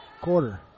quarter